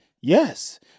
Yes